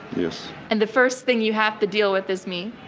yes. and the first thing you have to deal with is me.